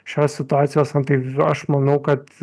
šios situacijos na tai aš manau kad